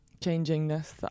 changingness